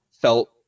felt